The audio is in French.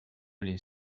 les